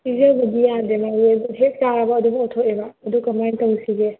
ꯄꯤꯖꯗꯕꯗꯤ ꯌꯥꯗꯦꯕ ꯍꯦꯛ ꯆꯥꯔꯒ ꯑꯗꯨꯝ ꯑꯣꯊꯣꯛꯑꯦꯕ ꯑꯗꯨ ꯀꯃꯥꯏ ꯇꯧꯁꯤꯒꯦ